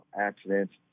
accidents